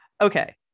Okay